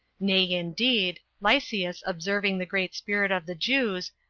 nay, indeed, lysias observing the great spirit of the jews,